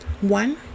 One